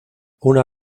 una